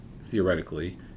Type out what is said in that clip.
theoretically